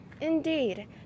Indeed